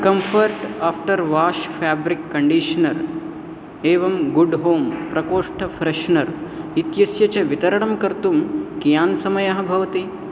Comfort after wash fabric conditioner एवं good हों प्रकोष्ठ फ़्रेश्नर् इत्यस्य च वितरणं कर्तुं कीयान् समयः भवति